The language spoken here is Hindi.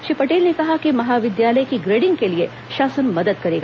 श्री पटेल ने कहा कि महाविद्यालय की ग्रेडिंग के लिए शासन मदद करेगा